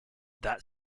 that